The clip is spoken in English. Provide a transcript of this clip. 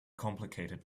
complicated